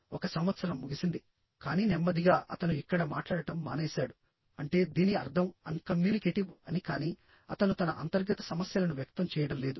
ఒక సంవత్సరం ముగిసింది కానీ నెమ్మదిగా అతను ఇక్కడ మాట్లాడటం మానేశాడు అంటే దీని అర్థం అన్ కమ్యూనికేటివ్ అని కాని అతను తన అంతర్గత సమస్యలను వ్యక్తం చేయడం లేదు